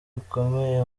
bikomeye